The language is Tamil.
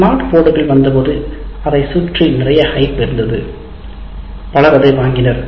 ஸ்மார்ட் போர்டுகள் வந்தபோது அதைச் சுற்றி நிறைய ஹைப் இருந்தது பலர் அதை வாங்கினர்